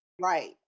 Right